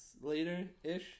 later-ish